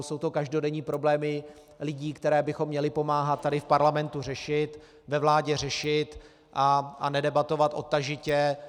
Jsou to každodenní problémy lidí, které bychom měli pomáhat tady v parlamentu a ve vládě řešit a nedebatovat odtažitě.